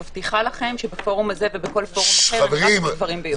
אני מבטיחה לכם שבפורום הזה ובכל פורום אחר נאמר רק דברים ביושר.